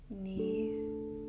knee